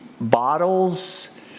bottles